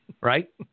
Right